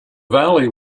valley